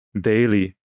daily